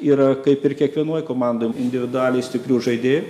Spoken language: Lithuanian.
yra kaip ir kiekvienoj komandoj individualiai stiprių žaidėjų